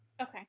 Okay